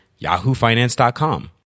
yahoofinance.com